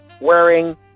wearing